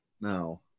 No